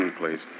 please